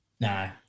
No